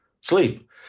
sleep